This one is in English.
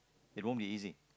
it won't be easy